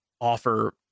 offer